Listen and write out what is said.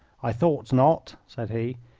i thought not, said he.